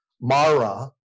Mara